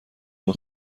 اون